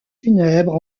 funèbre